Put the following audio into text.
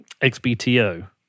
XBTO